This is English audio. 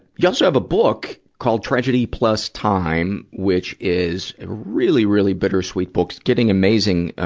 you also have a book called tragedy plus time, which is really, really bittersweet book. getting amazing, ah,